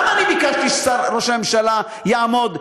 למה אני ביקשתי שראש הממשלה יעמוד,